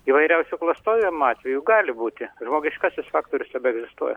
įvairiausių klastojimo atvejų gali būti žmogiškasis faktorius tebeegzistuoja